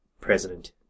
president